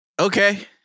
okay